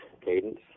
cadence